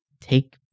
take